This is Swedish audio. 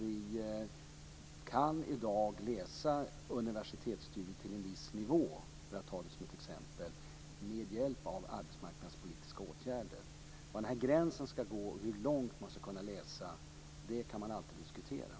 Man kan i dag bedriva universitetsstudier till en viss nivå med hjälp av arbetsmarknadspolitiska åtgärder. Var gränsen ska gå för hur mycket man ska kunna läsa kan alltid diskuteras.